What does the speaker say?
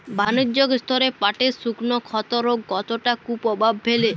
বাণিজ্যিক স্তরে পাটের শুকনো ক্ষতরোগ কতটা কুপ্রভাব ফেলে?